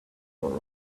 all